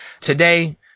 today